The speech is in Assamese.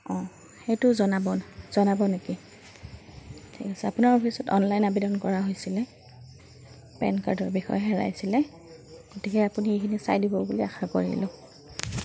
অঁ সেইটো জনাব জনাব নেকি ঠিক আছে আপোনাৰ অফিচত অনলাইন আবেদন কৰা হৈছিলে পেন কাৰ্ডৰ বিষয়ে হেৰাইছিলে গতিকে আপুনি সেইখিনি চাই দিব বুলি আশা কৰিলোঁ